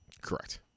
correct